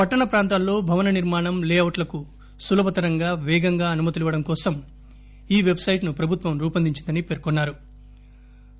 పట్టణప్రాంతాల్లో భవన నిర్మాణం లేఅవుట్లకు సులభతరంగా పేగంగా అనుమతులివ్వడం కోసం ఈ పెట్సైట్ను ప్రభుత్వం రూపొందించిందని పేర్కొన్నారు